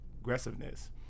aggressiveness